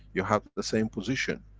you have the same position.